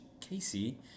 Casey